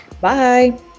Bye